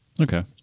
Okay